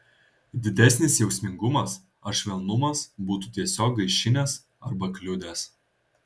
didesnis jausmingumas ar švelnumas būtų tiesiog gaišinęs arba kliudęs